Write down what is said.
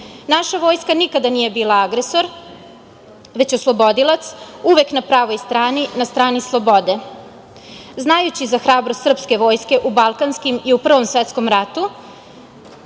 Naša vojska nikada nije bila agresor, već oslobodilac, uvek na pravoj strani, na strani slobode. Znajući za hrabre srpske vojske u balkanskim i u Prvom svetkom ratu,